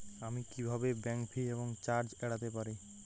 আমি কিভাবে bank fee এবং চার্জ এড়াতে পারি?